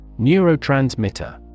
Neurotransmitter